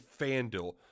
FanDuel